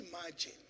imagine